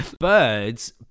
Birds